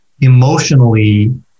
emotionally